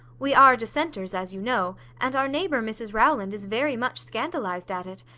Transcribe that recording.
we are dissenters, as you know, and our neighbour, mrs rowland, is very much scandalised at it.